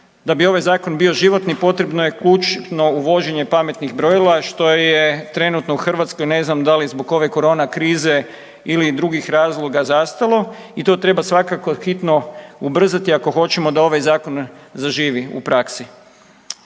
Da bi ovaj Zakon bio životni, potrebno je kućno uvođenje pametnih brojila, što je trenutno u Hrvatskoj, ne znam da li zbog ove korona krize ili drugih razloga, zastalo i to treba svakako hitno ubrzati ako hoćemo da ovaj Zakon zaživi u praksi.